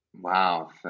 Wow